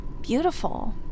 beautiful